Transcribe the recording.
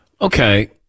Okay